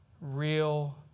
real